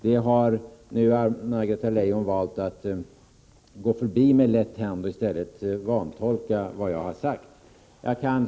Nu har Anna-Greta Leijon valt att med lätt hand gå förbi detta och vantolka vad jag sagt.